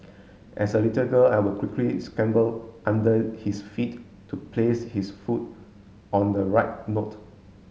as a little girl I would quickly scamper under his feet to place his foot on the right note